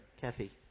Kathy